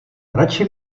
radši